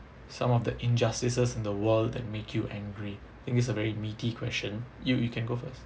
some of the injustices in the world that make you angry think is a very meaty question you you can go first